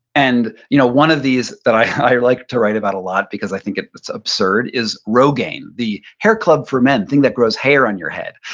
and you know one of these that i like to write about a lot, because i think it's absurd, is rogaine, the hair club for men, the thing that grows hair on your head,